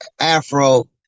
Afro